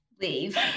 Leave